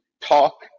talk